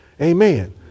Amen